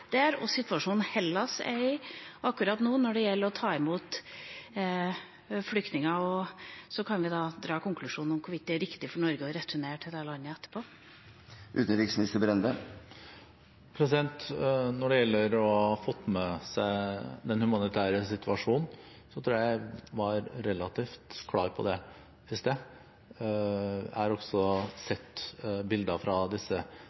der, og situasjonen som Hellas er i akkurat nå, når det gjelder å ta imot flyktninger? Og så kan vi da dra konklusjonen om hvorvidt det er riktig for Norge å returnere til det landet etterpå. Når det gjelder å ha fått med seg den humanitære situasjonen, tror jeg at jeg var relativt klar på det i sted. Jeg har også sett bilder fra disse